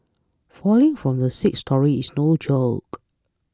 falling from the sixth storey is no joke